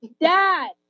dad